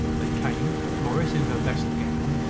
they came, morris in her best gown,